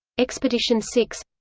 expedition six